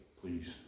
please